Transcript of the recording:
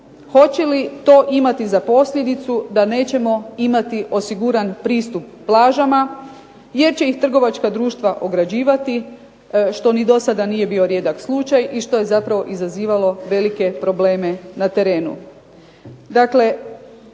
hoće li to imati za posljedicu da nećemo imati osiguran pristup plažama jer će ih trgovačka društva ograđivati što ni do sada nije bio rijedak slučaj i što je zapravo izazivalo velike probleme na terenu.